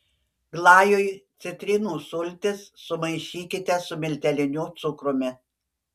glajui citrinų sultis sumaišykite su milteliniu cukrumi